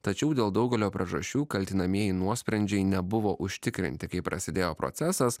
tačiau dėl daugelio priežasčių kaltinamieji nuosprendžiai nebuvo užtikrinti kai prasidėjo procesas